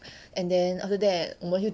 and then after that 我们就